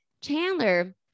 Chandler